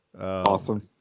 Awesome